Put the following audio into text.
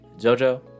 jojo